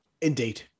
Indeed